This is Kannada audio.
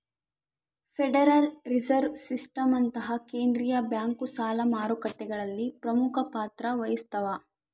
ಫೆಡರಲ್ ರಿಸರ್ವ್ ಸಿಸ್ಟಮ್ನಂತಹ ಕೇಂದ್ರೀಯ ಬ್ಯಾಂಕು ಸಾಲ ಮಾರುಕಟ್ಟೆಗಳಲ್ಲಿ ಪ್ರಮುಖ ಪಾತ್ರ ವಹಿಸ್ತವ